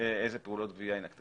איזה פעולות גבייה היא נקטה,